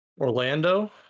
Orlando